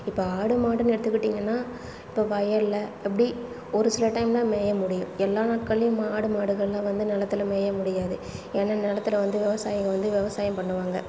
இப்போ ஆடு மாடுன்னு எடுத்துக்கிட்டீங்கன்னா இப்போ வயலில் அப்படி ஒரு சில டைம் தான் மேய முடியும் எல்லா நாட்கள்லையும் மா ஆடு மாடுகள்லாம் வந்து நிலத்துல மேய முடியாது ஏன்னா நிலத்துல வந்து விவசாயிங்க வந்து விவசாயம் பண்ணுவாங்க